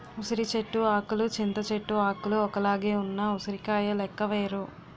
ఉసిరి చెట్టు ఆకులు చింత చెట్టు ఆకులు ఒక్కలాగే ఉన్న ఉసిరికాయ లెక్క వేరు